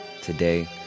Today